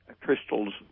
crystals